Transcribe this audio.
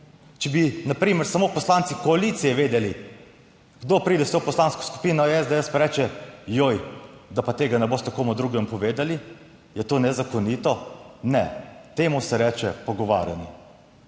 Če bi na primer samo poslanci koalicije vedeli, kdo pride s Poslansko skupino SDS, pa reče, joj, da pa tega ne boste komu drugemu povedali, je to nezakonito? Ne, temu se reče pogovarjanje.